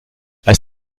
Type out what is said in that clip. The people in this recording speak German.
als